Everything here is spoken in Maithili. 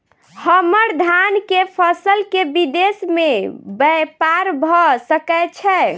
हम्मर धान केँ फसल केँ विदेश मे ब्यपार भऽ सकै छै?